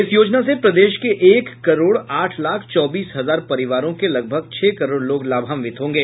इस योजना से प्रदेश के एक करोड़ आठ लाख चौबीस हजार परिवारों के लगभग छह करोड़ लोग लाभान्वित होंगे